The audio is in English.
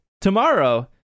tomorrow